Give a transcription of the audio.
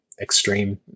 extreme